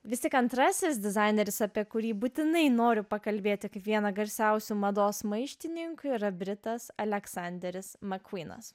vis tik antrasis dizaineris apie kurį būtinai noriu pakalbėti tik vieną garsiausių mados maištininkų yra britas aleksanderis makvynas